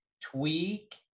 tweak